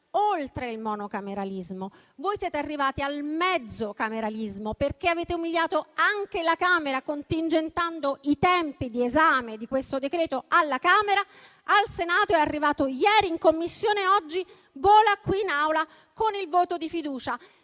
oltre il monocameralismo, voi siete arrivati al mezzo cameratismo. Voi, infatti, avete umiliato anche la Camera, contingentando i tempi di esame di questo decreto alla Camera. Al Senato è arrivato ieri in Commissione. Oggi vola qui in Aula con il voto di fiducia: